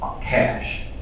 cash